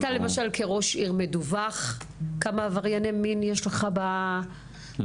כראש עיר אתה מדווח כמה עברייני מין יש לכם בעיר?